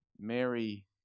Mary